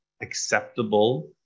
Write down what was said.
acceptable